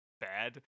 bad